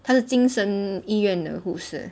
他是精神医院的护士